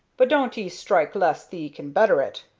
but doan't ee strike less thee can better it,